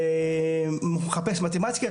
מחפש מתמטיקה?